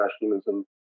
nationalism